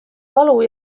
valu